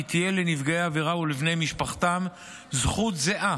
תהיה לנפגעי העבירה ולבני משפחתם זכות זהה